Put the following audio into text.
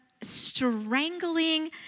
strangling